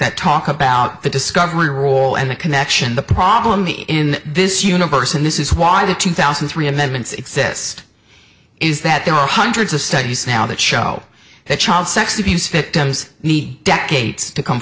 that talk about the discovery rule and the connection the problem in this universe and this is why the two thousand and three investments exist is that there are hundreds of studies now that show that child sex abuse victims need decades to come